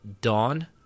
Dawn